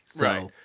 right